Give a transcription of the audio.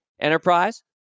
Enterprise